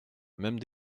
même